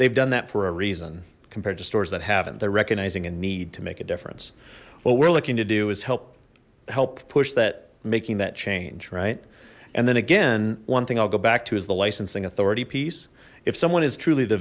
they've done that for a reason compared to stores that haven't they're recognizing a need to make a difference what we're looking to do is help help push that making that change right and then again one thing i'll go back to is the licensing authority piece if someone is truly the